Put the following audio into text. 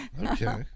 Okay